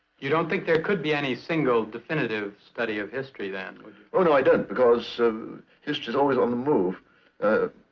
you don't think there could be any single definitive study of history, then? oh no, i don't. because history is always on the move.